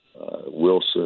Wilson